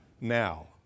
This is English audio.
now